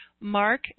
Mark